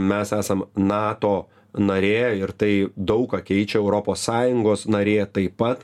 mes esam nato narė ir tai daug ką keičia europos sąjungos narė taip pat